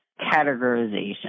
categorization